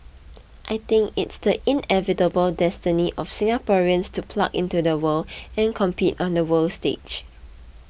I think it's the inevitable destiny of Singaporeans to plug into the world and compete on the world stage